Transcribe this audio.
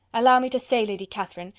allow me to say, lady catherine,